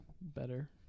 better